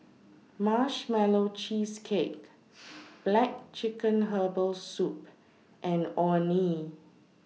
Marshmallow Cheesecake Black Chicken Herbal Soup and Orh Nee